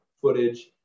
footage